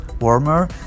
warmer